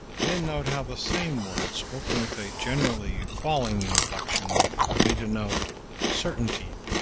then note how the same words, spoken with a generally falling inflection may denote certainty,